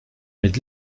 mit